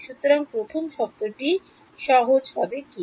সুতরাং প্রথম শব্দটি সহজভাবে কী